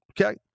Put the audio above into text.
Okay